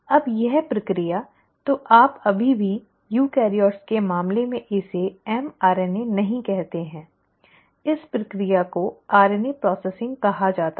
अब यह प्रक्रिया तो आप अभी भी यूकेरियोट्स के मामले में इसे mRNA नहीं कहते हैं इस प्रक्रिया को आरएनए प्रसंस्करण कहा जाता है